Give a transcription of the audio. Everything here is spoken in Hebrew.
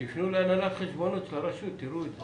תפנו להנהלת חשבונות של הרשות תראו את זה.